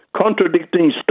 contradicting